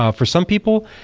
ah for some people,